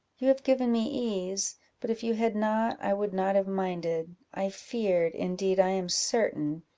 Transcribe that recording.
you have given me ease but if you had not, i would not have minded, i feared, indeed i am certain,